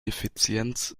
effizienz